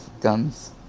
guns